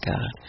God